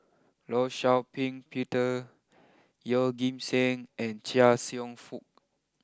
Law Shau Ping Peter Yeoh Ghim Seng and Chia Cheong Fook